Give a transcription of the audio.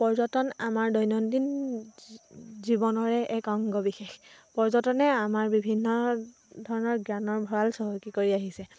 পৰ্যটন আমাৰ দৈনন্দিন জীৱনৰে এক অংগ বিশেষ পৰ্যটনে আমাৰ বিভিন্ন ধৰণৰ জ্ঞানৰ ভঁৰাল চহকী কৰি আহিছে